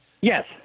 Yes